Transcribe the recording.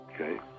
Okay